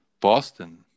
Boston